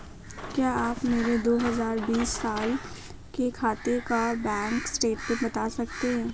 क्या आप मेरे दो हजार बीस साल के खाते का बैंक स्टेटमेंट बता सकते हैं?